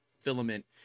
filament